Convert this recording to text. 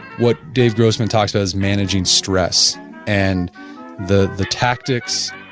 what dave grossman talks about as managing stress and the the tactics,